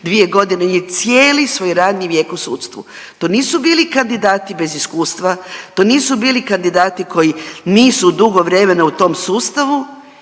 dvije godine, on je cijeli svoj radni vijek u sudstvu. To nisu bili kandidati bez iskustva, to nisu bili kandidati koji nisu dugo vremena u tom sustavu